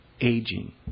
aging